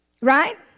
Right